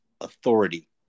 authority